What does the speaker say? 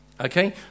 okay